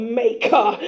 maker